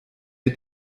wir